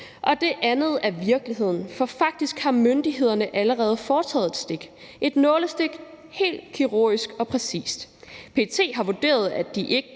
Det andet er virkeligheden, for faktisk har myndighederne allerede foretaget et indgreb, et nålestiksindgreb, helt kirurgisk og præcist. PET har vurderet, at de ikke